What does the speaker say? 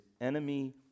enemy